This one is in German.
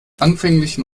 anfänglichen